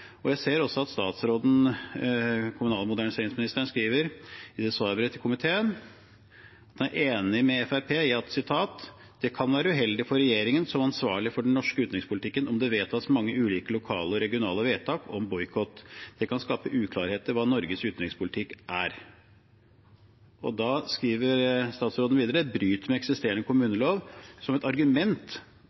Jeg ser også at statsråden, kommunal- og moderniseringsministeren, skriver i et svarbrev til komiteen: «Jeg er enig med forslagsstillerne i at det kan være uheldig for regjeringen som ansvarlig for den norske utenrikspolitikken, om det vedtas mange ulike lokale og regionale vedtak om boikott. En slik situasjon kan bidra til å skape uklarhet om hva den norske stats utenrikspolitikk er.» Statsråden skriver videre at det bryter med eksisterende kommunelov, som et argument